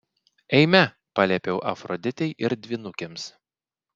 eime paliepiau afroditei ir dvynukėms